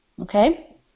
Okay